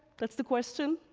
that's the question,